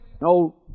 No